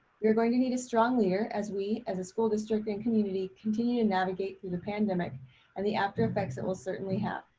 you're going to need a strong leader as we, as a school district and community continue to navigate through the pandemic and the aftereffects that we'll certainly have.